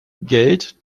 geld